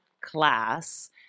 class